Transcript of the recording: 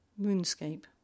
Moonscape